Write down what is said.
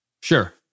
Sure